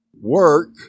work